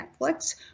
Netflix